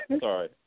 sorry